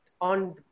on